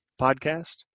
podcast